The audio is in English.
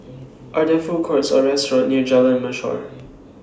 Are There Food Courts Or restaurants near Jalan Mashor